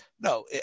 No